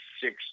six